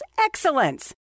excellence